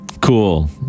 cool